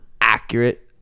accurate